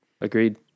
agreed